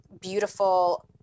beautiful